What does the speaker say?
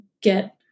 get